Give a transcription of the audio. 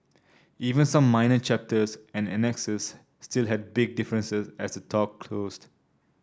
even some minor chapters and annexes still had big differences as the talk closed